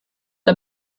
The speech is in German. der